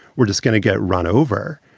we're just going to get run over.